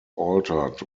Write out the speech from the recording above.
altered